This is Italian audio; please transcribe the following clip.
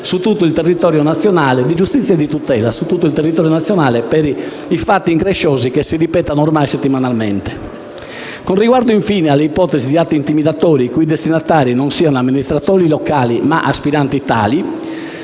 di tutela estremamente diffusa su tutto il territorio nazionale per i fatti incresciosi che si ripetono ormai settimanalmente. Con riguardo infine alle ipotesi di atti intimidatori i cui destinatari non siano amministratori locali, ma aspiranti tali,